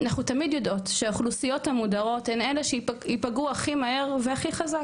אנחנו תמיד יודעות שהאוכלוסיות המודרות הן אלה שיפגעו הכי מהר והכי חזק,